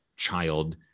child